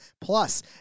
plus